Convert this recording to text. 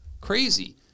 Crazy